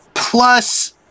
Plus